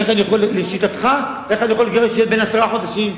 איך אני יכול, לשיטתך, לגרש בן עשרה חודשים?